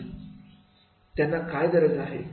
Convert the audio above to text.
त्यांना गरज काय आहे